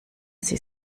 sie